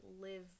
live